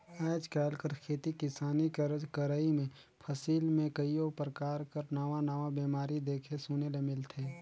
आएज काएल कर खेती किसानी कर करई में फसिल में कइयो परकार कर नावा नावा बेमारी देखे सुने ले मिलथे